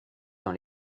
dans